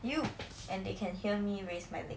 you and they can hear me raise my leg